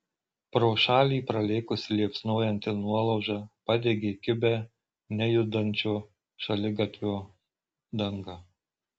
pro šalį pralėkusi liepsnojanti nuolauža padegė kibią nejudančio šaligatvio dangą